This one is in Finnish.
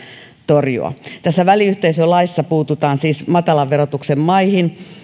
torjua väliyhteisölaissa puututaan siis matalan verotuksen maihin